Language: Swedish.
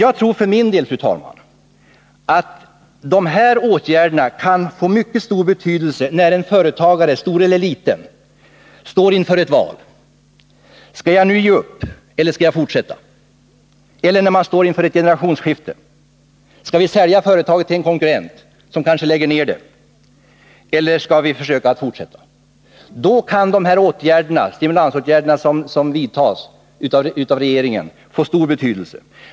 Jag tror för min del, fru talman, att de här åtgärderna kan få mycket stor betydelse när en företagare — stor eller liten — står inför valet: Skall jag nu ge upp eller skall jag fortsätta? Eller när man står inför ett generationsskifte: Skall vi sälja företaget till en konkurrent, som kanske lägger ned det, eller skall vi försöka fortsätta? Då kan dessa stimulansåtgärder, som vidtas av regeringen, få stor betydelse.